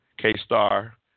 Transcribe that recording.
K-Star